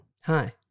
Hi